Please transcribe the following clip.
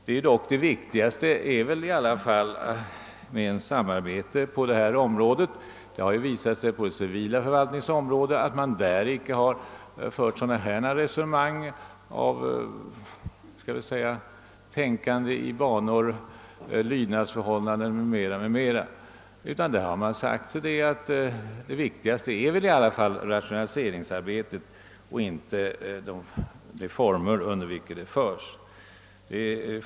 Det viktigaste är ändå att få ett samarbete på detta område. På det civila förvaltningsområdet har man inte fört några sådana resonemang som man gjort här. Där har man inte tänkt i lydnadsförhållandebanor och liknande. Man har sagt sig att det viktigaste är rationaliseringsarbetet, inte de former under vilka det bedrives.